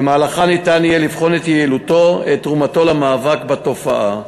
ובמהלכן יהיה אפשר לבחון את יעילותו ואת תרומתו למאבק בתופעה.